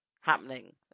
happening